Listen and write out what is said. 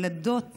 ילדות,